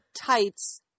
tights